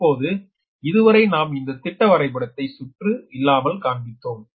இப்போது இதுவரை நாம் இந்த திட்ட வரைபடத்தை சுற்று இல்லாமல் காண்பித்தோம்